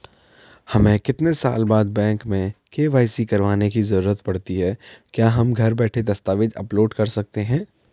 हमें कितने साल बाद बैंक में के.वाई.सी करवाने की जरूरत पड़ती है क्या हम घर बैठे दस्तावेज़ अपलोड कर सकते हैं?